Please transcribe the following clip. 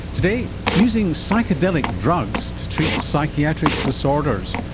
today, using psychedelic drugs to treat psychiatric disorders.